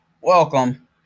Welcome